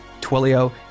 Twilio